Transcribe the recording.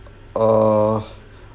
uh